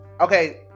Okay